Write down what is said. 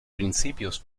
principios